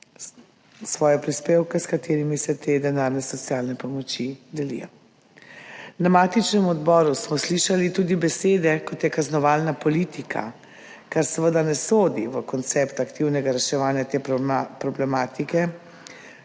svoje prispevke, s katerimi se te denarne socialne pomoči delijo. Na matičnem odboru smo slišali tudi besede, kot so kaznovalna politika, kar seveda ne sodi v koncept aktivnega reševanja te problematike,